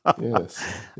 Yes